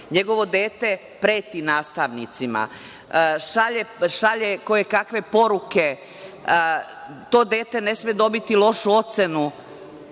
njegovo dete preti nastavnicima, šalje kojekakve poruke, to dete ne sme dobiti lošu ocenu,